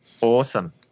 Awesome